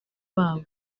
babo